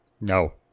no